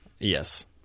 Yes